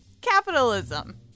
Capitalism